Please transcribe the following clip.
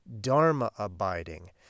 dharma-abiding